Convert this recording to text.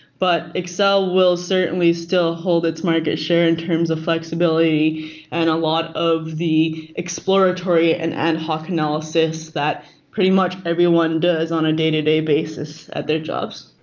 but excel will certainly still hold its market share in terms of flexibility and a lot of the exploratory and ad hoc analysis that pretty much everyone does on a day-to-day basis at their jobs.